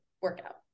workout